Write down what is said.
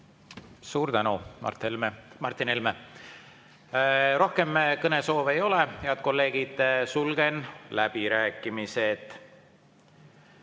Suur tänu, Martin Helme! Rohkem kõnesoove ei ole, head kolleegid. Sulgen läbirääkimised.